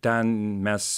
ten mes